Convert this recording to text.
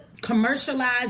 commercialized